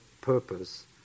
purpose